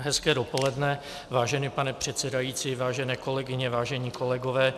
Hezké dopoledne, vážený pane předsedající, vážené kolegyně, vážení kolegové.